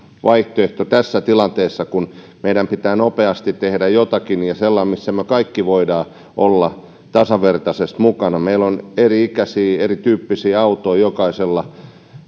vaihtoehto tässä tilanteessa kun meidän pitää nopeasti tehdä jotakin ja sellaista missä me kaikki voimme olla tasavertaisesti mukana meillä on eri ikäisiä eri tyyppisiä autoja jokaisella